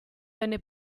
venne